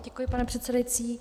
Děkuji, pane předsedající.